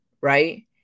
Right